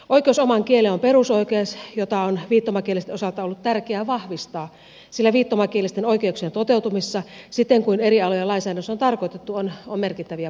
oikeus omaan kieleen on perusoikeus jota on viittomakielisten osalta ollut tärkeää vahvistaa sillä viittomakielisten oikeuksien toteutumisessa siten kuin eri alojen lainsäädännössä on tarkoitettu on merkittäviä puutteita